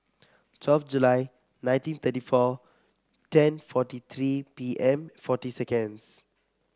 twelve July nineteen thirty four ten forty three P M forty seconds